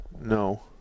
No